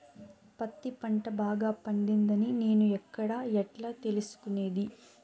పత్తి పంట బాగా పండిందని నేను ఎక్కడ, ఎట్లా తెలుసుకునేది?